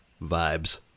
vibes